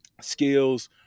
skills